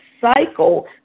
cycle